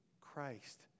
Christ